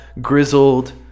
grizzled